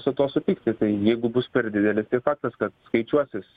su tuo sutikti tai jeigu bus per didelis tai faktas kad skaičiuosis